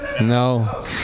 No